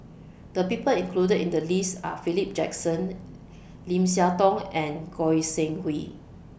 The People included in The list Are Philip Jackson Lim Siah Tong and Goi Seng Hui